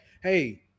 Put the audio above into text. Hey